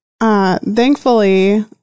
Thankfully